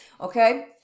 Okay